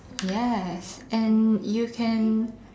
yes and you can